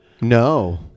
No